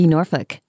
Norfolk